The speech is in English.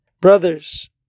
Brothers